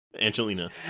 Angelina